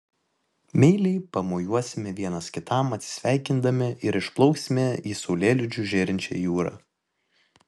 meiliai pamojuosime vienas kitam atsisveikindami ir išplauksime į saulėlydžiu žėrinčią jūrą